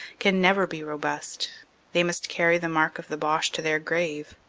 can never be robust they must carry the mark of the boche to their grave.